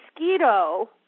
mosquito